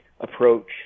approach